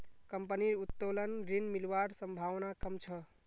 कंपनीर उत्तोलन ऋण मिलवार संभावना कम छ